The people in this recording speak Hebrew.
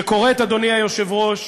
שקוראת, אדוני היושב-ראש,